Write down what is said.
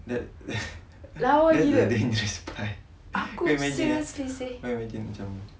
that that's the dangerous part kau imagine eh kau imagine macam